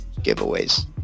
giveaways